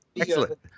Excellent